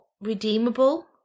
redeemable